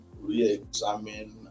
re-examine